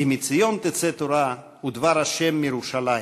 כי מציון תצא תורה ודבר ה' מירושלים".